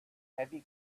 heavy